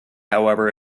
however